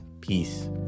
Peace